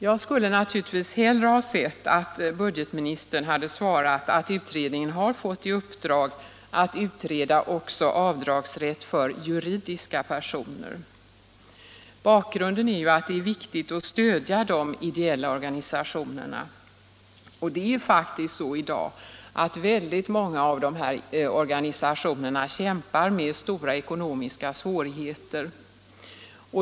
Jag skulle naturligtvis hellre ha sett att budgetministern hade svarat — Nr 68 att utredningen har fått i uppdrag att också utreda avdragsrätt för juridiska personer. Bakgrunden är ju att det är viktigt att stödja de ideella organisationerna. Som bekant kämpar många av dessa organisationeridag I med stora ekonomiska svårigheter.